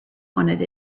wanted